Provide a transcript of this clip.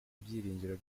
ibyiringiro